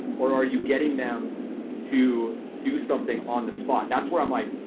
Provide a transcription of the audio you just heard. or are you getting them to do something on the spot? that's where i'm like,